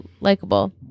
likable